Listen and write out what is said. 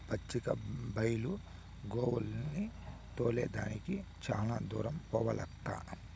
పచ్చిక బైలు గోవుల్ని తోలే దానికి చాలా దూరం పోవాలక్కా